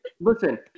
Listen